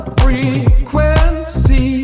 frequency